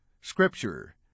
Scripture